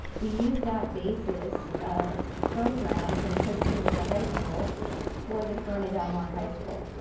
we used that basis of program from costa mesa high school for the corona del mar high school.